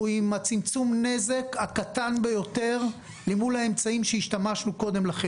הוא עם צמצום הנזק הקטן ביותר מול האמצעים שהשתמשנו קודם לכן.